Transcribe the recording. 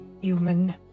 Human